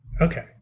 Okay